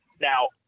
Now